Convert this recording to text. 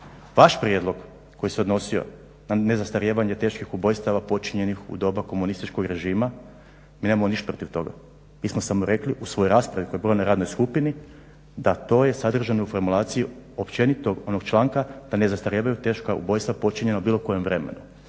Vaš prijedlog koji se odnosio na nezastarijevanje teških ubojstava počinjenih u doba komunističkog režima, mi nemamo ništa protiv toga. Mi smo samo rekli u svojoj raspravi …/Govornik se ne razumije./… da to je sadržano u formulaciji općenitog onog članka da ne zastarijevaju teška ubojstva počinjena u bilo kojem vremenu.